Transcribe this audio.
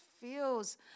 feels